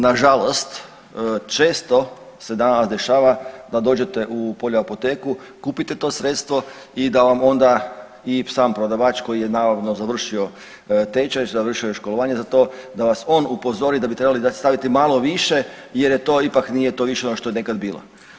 Na žalost često se danas dešava da dođete u poljoapoteku, kupite to sredstvo i da vam onda i sam prodavač koji je naravno završio tečaj, završio je školovanje za to, da vas on upozori da bi trebali staviti malo više, jer to ipak nije to što je nekad bilo.